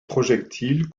projectiles